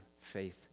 faith